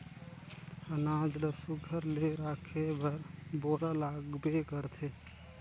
अनाज ल सुग्घर ले राखे बर बोरा लागबे करथे